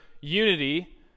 unity